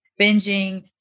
binging